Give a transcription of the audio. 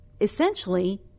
essentially